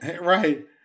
Right